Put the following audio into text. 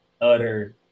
utter